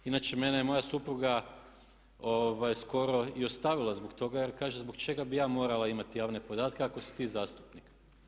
Inače mene je moja supruga skoro i ostavila zbog toga jer kaže zbog čega bih ja morala imati javne podatke ako si ti zastupnik.